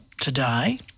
today